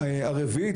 הרביעית,